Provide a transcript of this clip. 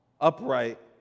upright